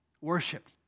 Worship